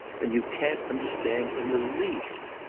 and you can't understand in the least.